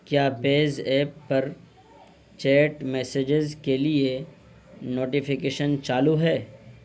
کیا پیز ایپ پر چیٹ میسجز کے لیے نوٹیفکیشن چالو ہے